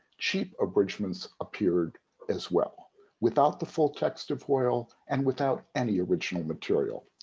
cheap abridgements appeared as well without the full text of hoyle and without any original material.